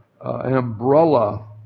umbrella